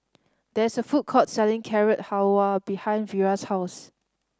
there is a food court selling Carrot Halwa behind Vira's house